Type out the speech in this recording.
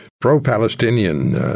pro-Palestinian